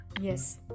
Yes